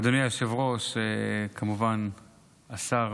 אדוני היושב-ראש, שר